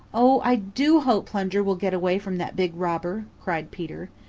o, i do hope plunger will get away from that big robber, cried peter.